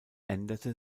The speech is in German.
änderte